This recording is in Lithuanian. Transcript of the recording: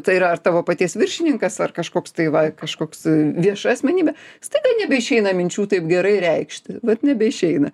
tai yra ar tavo paties viršininkas ar kažkoks tai va kažkoks vieša asmenybė staiga nebeišeina minčių taip gerai reikšti vat nebeišeina